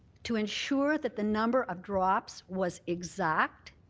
to ensure that the number of drops was exact.